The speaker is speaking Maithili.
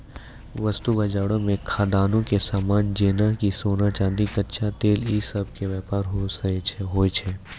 वस्तु बजारो मे खदानो के समान जेना कि सोना, चांदी, कच्चा तेल इ सभ के व्यापार होय छै